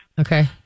Okay